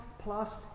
Plus